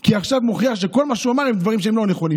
כי עכשיו הוא מוכיח שכל מה שהוא אמר הם דברים שהם לא נכונים,